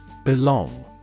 Belong